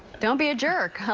don't be a jerk. i